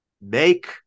Make